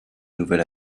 nouvel